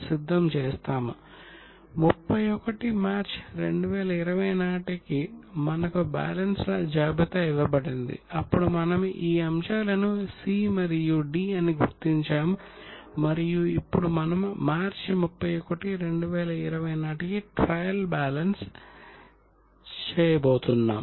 31 మార్చి 2020 నాటికి మనకు బ్యాలెన్స్ల జాబితా ఇవ్వబడింది అప్పుడు మనము ఈ అంశాలను C మరియు D అని గుర్తించాము మరియు ఇప్పుడు మనము మార్చి 31 2020 నాటికి ట్రయల్ బ్యాలెన్స్ చేయబోతున్నాం